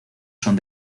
son